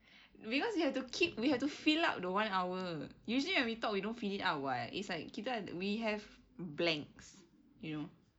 because we have to keep we have to fill up the one hour usually when we talk we don't fill it up [what] it's like kita ada we have blanks you know